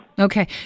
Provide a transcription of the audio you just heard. Okay